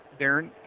Darren